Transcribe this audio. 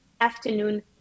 afternoon